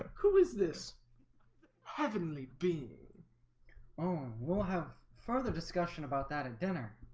who is this heavenly being oh, we'll have further discussion about that at dinner